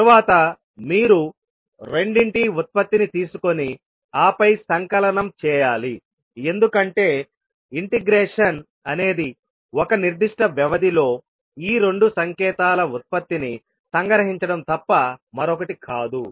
తరువాత మీరు రెండింటి ఉత్పత్తిని తీసుకొని ఆపై సంకలనం చేయాలి ఎందుకంటే ఇంటెగ్రేషన్ అనేది ఒక నిర్దిష్ట వ్యవధిలో ఈ రెండు సంకేతాల ఉత్పత్తిని సంగ్రహించడం తప్ప మరొకటి కాదు